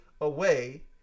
away